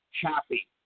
happy